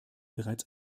bereits